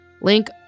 Link